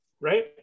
right